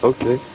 Okay